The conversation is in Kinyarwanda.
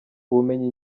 ubumenyi